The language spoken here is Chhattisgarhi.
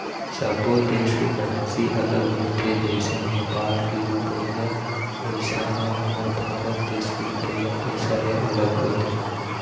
सब्बो देस के करेंसी अलग होथे जइसे नेपाल के रुपइया पइसा ह हमर भारत देश के रुपिया पइसा ले अलग होथे